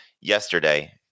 yesterday